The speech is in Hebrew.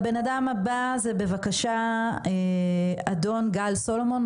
הדובר הבא הוא אדון גיא סולומון.